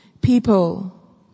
people